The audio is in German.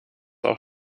auch